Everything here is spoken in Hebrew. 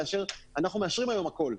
אנחנו מאשרים היום הכל.